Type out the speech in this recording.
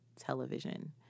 television